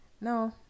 No